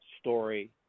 story